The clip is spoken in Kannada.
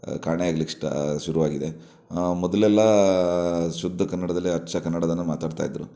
ಕಾಣೆಯಾಗ್ಲಿಕ್ಕೆ ಷ್ಟ ಶುರುವಾಗಿದೆ ಮೊದಲೆಲ್ಲ ಶುದ್ಧ ಕನ್ನಡದಲ್ಲಿ ಅಚ್ಚ ಕನ್ನಡವನ್ನು ಮಾತಾಡ್ತಾ ಇದ್ದರು